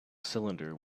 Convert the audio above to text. cylinder